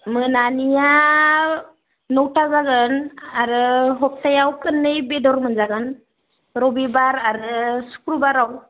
मोनानिया नौथा जागोन आरो सप्तायाव खननै बेदर मोनजागोन रबिबार आरो शुक्रबारआव